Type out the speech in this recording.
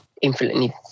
infinitely